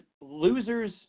losers